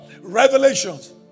revelations